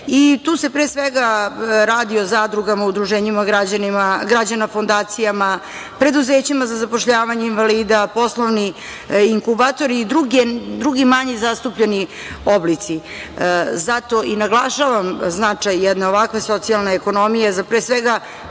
se pre svega radi o zadrugama, udruženjima građana, fondacijama, preduzećima za zapošljavanje invalida, poslovni inkubatori i drugi manje zastupljeni oblici. Zato i naglašavam značaj jedne ovakve socijalne ekonomije za, pre svega,